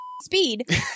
speed